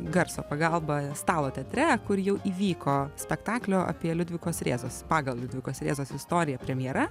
garso pagalba stalo teatre kur jau įvyko spektaklio apie liudvikos rėzos pagal liudvikos rėzos istoriją premjera